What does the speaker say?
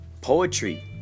poetry